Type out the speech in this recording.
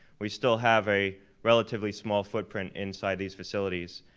we still have a relatively small footprint inside these facilities.